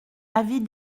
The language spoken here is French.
avis